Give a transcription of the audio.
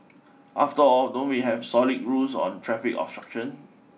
after all don't we have solid rules on traffic obstruction